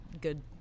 good